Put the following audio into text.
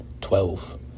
Twelve